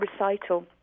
recital